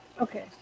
okay